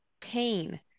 pain